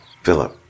Philip